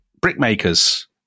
brickmakers